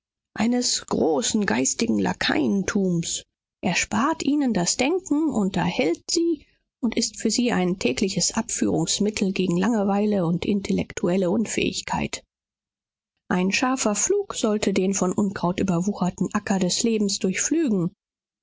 eines großen geistigen lakaientums erspart ihnen das denken unterhält sie und ist für sie ein tägliches abführungsmittel gegen langeweile und intellektuelle unfähigkeit ein scharfer pflug sollte den von unkraut überwucherten acker des lebens